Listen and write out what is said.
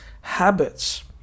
habits